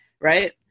right